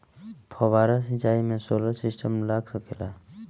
फौबारा सिचाई मै सोलर सिस्टम लाग सकेला?